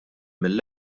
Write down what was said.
mill